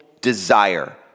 desire